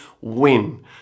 win